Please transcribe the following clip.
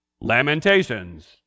Lamentations